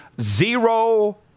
zero